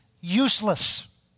useless